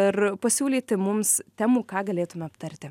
ir pasiūlyti mums temų ką galėtume aptarti